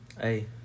hey